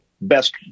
Best